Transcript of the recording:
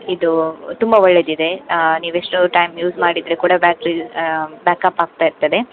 ಇದು ತುಂಬ ಒಳ್ಳೆಯದಿದೆ ನೀವು ಎಷ್ಟು ಟೈಮ್ ಯೂಸ್ ಮಾಡಿದರೆ ಕೂಡ ಬ್ಯಾಟ್ರಿ ಬ್ಯಾಕಪ್ ಆಗ್ತ ಇರ್ತದೆ